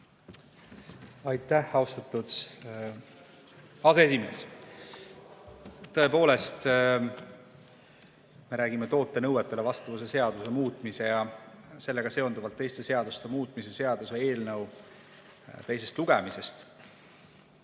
Aitäh, austatud aseesimees! Tõepoolest, me räägime toote nõuetele vastavuse seaduse muutmise ja sellega seonduvalt teiste seaduste muutmise seaduse eelnõu teisest lugemisest.